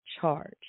charge